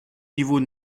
niveau